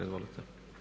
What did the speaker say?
Izvolite.